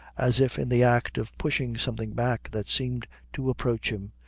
as if in the act of pushing something back that seemed to approach him.